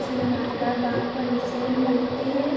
चमगादड़ बाग बगीचे में मिलते हैं